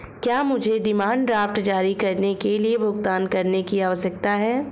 क्या मुझे demand draft जारी करने के लिए भुगतान करने की आवश्यकता है?